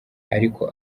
ariko